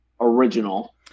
original